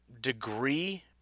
degree